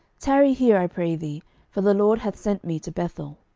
tarry here, i pray thee for the lord hath sent me to bethel.